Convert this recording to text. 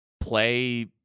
play